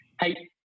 hey